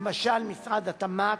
למשל משרד התמ"ת,